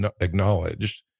acknowledged